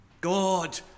God